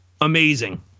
Amazing